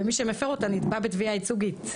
ומי שמפר אותה נתבע בתביעה ייצוגית.